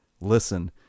listen